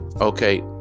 okay